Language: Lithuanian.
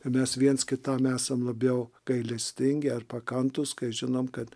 kad mes viens kitam esam labiau gailestingi ar pakantūs kai žinom kad